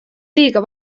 liiga